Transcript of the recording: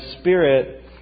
Spirit